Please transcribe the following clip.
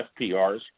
FPRs